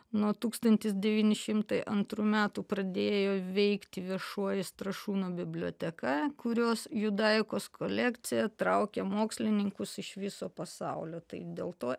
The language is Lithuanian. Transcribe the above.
nuo tūkstantis devynišimtai antrų metų pradėjo veikti viešoji strašūnų biblioteka kurios judaikos kolekcija traukė mokslininkus iš viso pasaulio tai dėl to